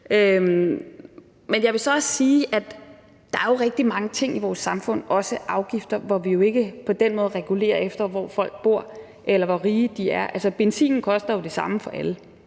Men jeg vil så også sige, at der jo er rigtig mange ting i vores samfund, også afgifter, som vi jo ikke på den måde regulerer efter, hvor folk bor, eller hvor rige de er. Benzinen koster jo det samme for alle,